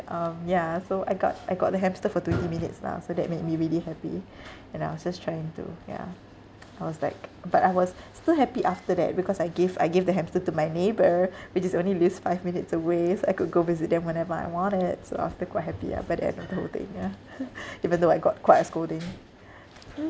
um ya so I got I got the hamster for twenty minutes lah so that made me really happy and I was just trying to ya I was like but I was still happy after that because I gave I gave the hamster to my neighbour which is only lives five minutes away so I could go visit them whenever I want it so after quite happy ah by the end of the whole thing yeah even though I got quite a scolding